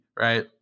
right